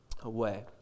away